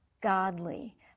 godly